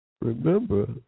remember